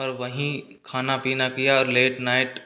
और वहीं खाना पीना किया और लेट नाइट